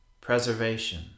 preservation